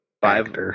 Five